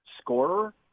scorer